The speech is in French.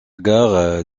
gare